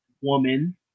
Woman